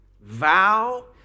vow